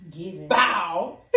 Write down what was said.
bow